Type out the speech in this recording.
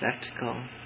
spectacle